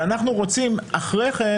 ואנחנו רוצים אחרי כן